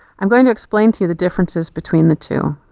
i'm going to explain to you the differences between the two.